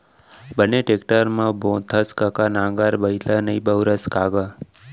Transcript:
बने टेक्टर म बोथँव कका नांगर बइला नइ बउरस का गा?